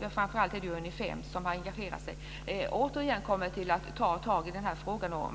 - framförallt är det Unifem som har engagerat sig - återigen kommer att ta tag i den här frågan.